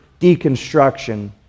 deconstruction